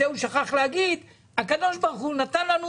ואת זה הוא שכח להגיד - שהקדוש ברוך הוא נתן לנו